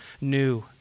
new